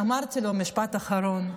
משפט אחרון: